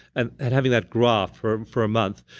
and having that graph for for a month.